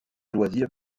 loisirs